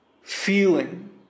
feeling